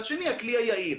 אומרים שזה הכלי היעיל.